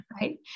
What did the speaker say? right